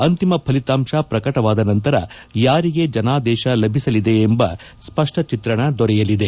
ಅಂತಿಮ ಫಲಿತಾಂಶ ಪ್ರಕಟವಾದ ನಂತರ ಯಾರಿಗೆ ಜನಾದೇಶ ಲಭಿಸಲಿದೆ ಎಂಬ ಸ್ಪಷ್ಟ ಚಿತ್ರಣ ದೊರೆಯಲಿದೆ